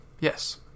Yes